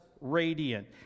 radiant